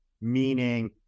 meaning